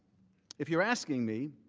if you are asking me